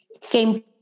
came